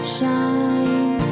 shine